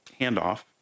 handoff